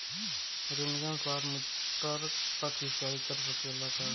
Rain gun साठ metre तक सिचाई कर सकेला का?